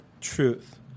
truth